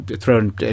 thrown